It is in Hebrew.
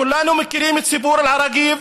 כולנו מכירים את סיפור אל-עראקיב.